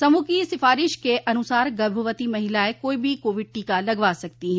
समूह की सिफारिश के अनुसार गभवती महिलाएं कोई भी कोविड टीका लगवा सकती हैं